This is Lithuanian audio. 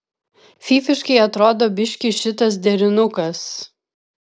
fyfiškai atrodo biškį šitas derinukas